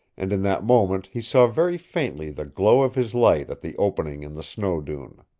and in that moment he saw very faintly the glow of his light at the opening in the snow dune.